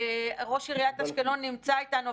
ראש עיריית אשקלון נמצא איתנו,